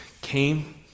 came